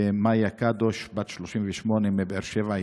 ומאיה קדוש, בת 38 מבאר שבע.